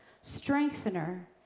strengthener